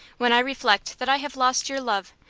when i reflect that i have lost your love,